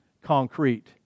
concrete